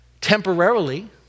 temporarily